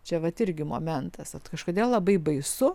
čia vat irgi momentas vat kažkodėl labai baisu